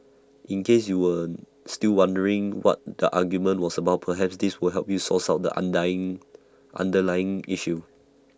in case you were still wondering what the argument was about perhaps this will help source out the underlying underlying issue